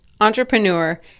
entrepreneur